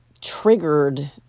triggered